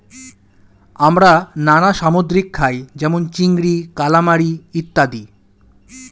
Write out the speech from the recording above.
আমরা নানা সামুদ্রিক খাই যেমন চিংড়ি, কালামারী ইত্যাদি